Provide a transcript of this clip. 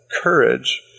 Courage